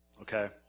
Okay